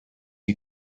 you